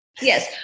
Yes